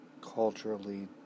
culturally